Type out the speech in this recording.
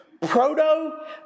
proto